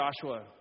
Joshua